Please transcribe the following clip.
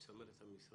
עם צמרת המשרד,